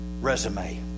resume